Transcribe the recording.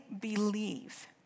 believe